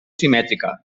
simètrica